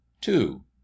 two